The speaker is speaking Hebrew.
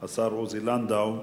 השר עוזי לנדאו,